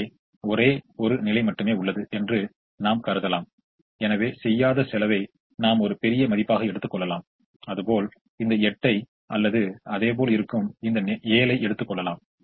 எனவே ஒரே ஒரு நிலை மட்டுமே உள்ளது என்று நாம் கருதலாம் எனவே செய்யாத செலவை நாம் ஒரு பெரிய மதிப்பாக எடுத்துக் கொள்ளலாம் அதுபோல் இந்த 8 ஐயோ அல்லது அதேபோல் இருக்கும் இந்த 7 ஐ எடுத்து கொள்ளலாம்